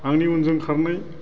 आंनि उनजों खारनाय